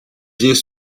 vient